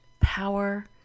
power